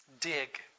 dig